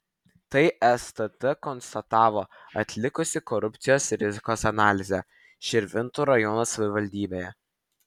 tai stt konstatavo atlikusi korupcijos rizikos analizę širvintų rajono savivaldybėje